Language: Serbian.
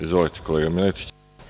Izvolite, kolega Miletić.